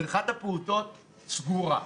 בריכת הפעוטות סגורה,